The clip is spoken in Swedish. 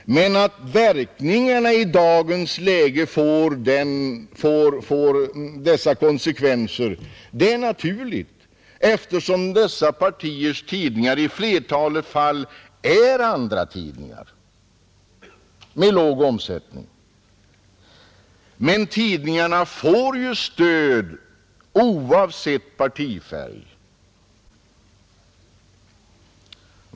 Men att verkningarna i dagens läge blir sådana är naturligt, eftersom dessa partiers tidningar i flertalet fall är andratidningar med låg omsättning. Tidningarna får emellertid stöd oavsett partifärg.